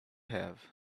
have